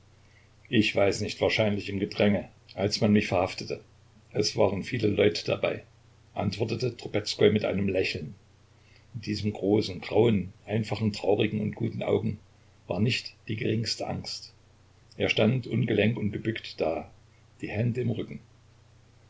ich weiß nicht wahrscheinlich im gedränge als man mich verhaftete es waren viele leute dabei antwortete trubezkoi mit einem lächeln in diesen großen grauen einfachen traurigen und guten augen war nicht die geringste angst er stand ungelenk und gebückt da die hände im rücken